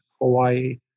Hawaii